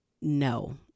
no